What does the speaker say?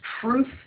truth